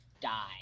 die